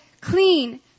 clean